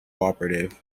operative